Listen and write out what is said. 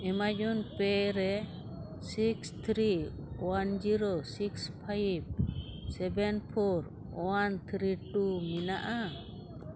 Amazon Pay ᱨᱮ six three one zero six five seven four one three two ᱢᱮᱱᱟᱜᱼᱟ